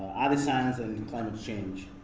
other science and and climate change.